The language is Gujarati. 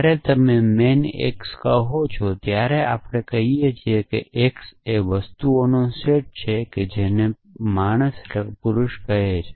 જ્યારે તમે મેન x કહો છો ત્યારે આપણે કહીએ છીએ કે x એ વસ્તુના સેટનો છે જેને પુરુષો કહે છે